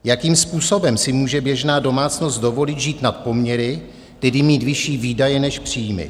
Jakým způsobem může běžná domácnost dovolit žít nad poměry, mít vyšší výdaje než příjmy.